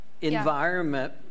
environment